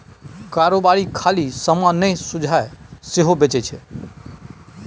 कारोबारी खाली समान नहि सुझाब सेहो बेचै छै